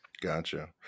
Gotcha